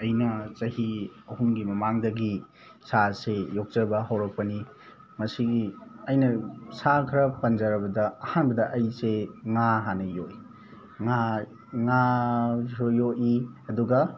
ꯑꯩꯅ ꯆꯍꯤ ꯑꯍꯨꯝꯒꯤ ꯃꯃꯥꯡꯗꯒꯤ ꯁꯥ ꯑꯁꯤ ꯌꯣꯛꯆꯕ ꯍꯧꯔꯛꯄꯅꯤ ꯃꯁꯤꯒꯤ ꯑꯩꯅ ꯁꯥ ꯈꯔ ꯄꯟꯖꯔꯕꯗ ꯑꯍꯥꯟꯕꯗ ꯑꯩꯁꯤ ꯉꯥ ꯍꯥꯟꯅ ꯌꯣꯛꯏ ꯉꯥ ꯉꯥꯁꯨ ꯌꯣꯛꯏ ꯑꯗꯨꯒ